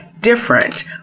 different